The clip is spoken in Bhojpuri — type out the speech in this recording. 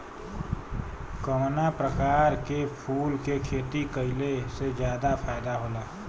कवना प्रकार के फूल के खेती कइला से ज्यादा फायदा होला?